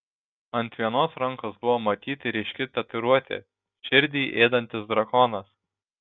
ant vienos rankos buvo matyti ryški tatuiruotė širdį ėdantis drakonas